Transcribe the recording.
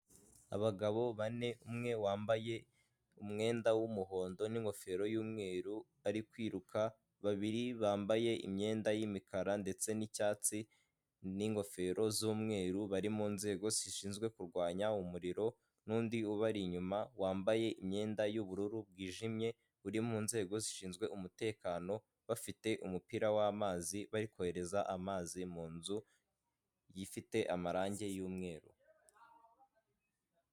Abagabo bane umwe wambaye umwenda w'umuhondo nin'ingofero y'umweru bari kwiruka babiri bambaye imyenda y'imikara ndetse n'icyatsi nini n'ingofero z'umweru bari mu nzego zishinzwe ku rwanya umuriro n'undi ubari inyuma wambaye imyenda y'ubururu bwijimye buri mu nzego zishinzwe umutekano bafite umupira w'amazi bari kohereza amazi mu nzu yifite amarangi yumweru.